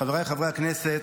חבריי חברי הכנסת,